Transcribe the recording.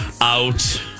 out